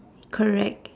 correct